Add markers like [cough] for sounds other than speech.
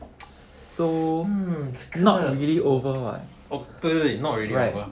[noise] hmm 这个对对对 not really over